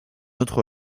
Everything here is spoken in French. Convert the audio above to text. autre